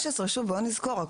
נזכור,